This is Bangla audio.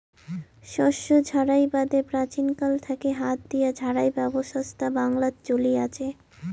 শস্য ঝাড়াই বাদে প্রাচীনকাল থাকি হাত দিয়া ঝাড়াই ব্যবছস্থা বাংলাত চলি আচে